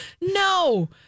No